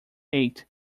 eight